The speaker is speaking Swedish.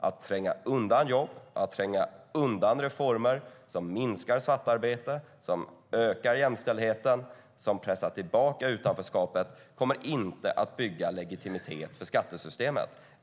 Att tränga undan jobb och att tränga undan reformer som minskar svartarbete, ökar jämställdheten och pressar tillbaka utanförskapet kommer inte att bygga legitimitet i skattesystemet.